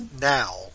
now